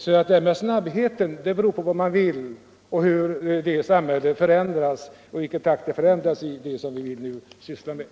Snabbheten beror på hur och i vilken takt vi vill förändra det samhälle vi lever i.